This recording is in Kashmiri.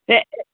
ہے